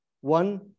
One